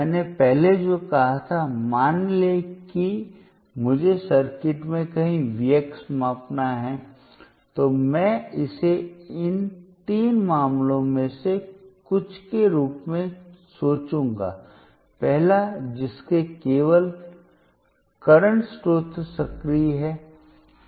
मैंने पहले जो कहा था मान लें कि मुझे सर्किट में कहीं V x मापना है तो मैं इसे इन तीन मामलों में से कुछ के रूप में सोचूंगा पहला जिसमें केवल करंट स्रोत सक्रिय हैं